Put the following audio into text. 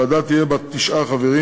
הוועדה תהיה בת תשעה חברים,